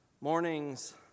Mornings